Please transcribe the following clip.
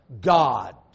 God